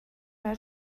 برم